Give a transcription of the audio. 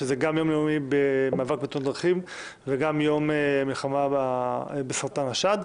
גם יום לאומי במאבק בתאונות הדרכים וגם יום לציון המלחמה בסרטן השד.